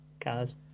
cars